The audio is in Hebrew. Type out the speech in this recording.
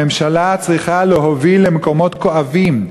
הממשלה צריכה להוביל למקומות כואבים,